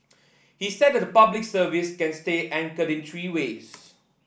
he said that the Public Service can stay anchored in three ways